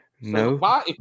No